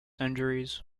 injuries